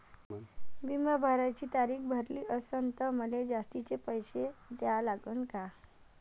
बिमा भराची तारीख भरली असनं त मले जास्तचे पैसे द्या लागन का?